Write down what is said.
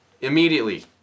immediately